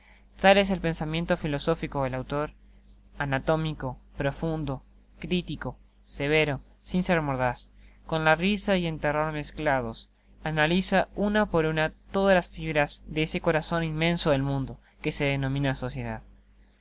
tal es el pensamiento filosófico del autor anatómico profundo critico severo sin ser mordaz con la risa y el terror mezclados analiza una por una todas las fibras de esc corazon inmenso del mundo que se denomina sociedad